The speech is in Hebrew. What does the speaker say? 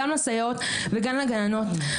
גם לסייעות וגם לגננות.